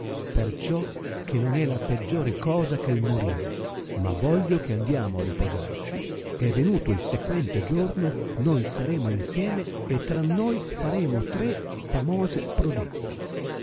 perciò che non è la peggiore cosa che morire ma voglio che andiamo a riposarci e venuto il sequente giorno noi saremo insieme e tra noi faremo tre famose prodezze